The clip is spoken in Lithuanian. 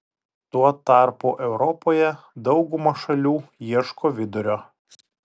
tuo tarpu europoje dauguma šalių ieško vidurio